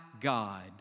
God